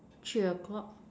three o-clock